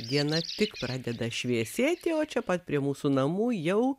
diena tik pradeda šviesėti o čia pat prie mūsų namų jau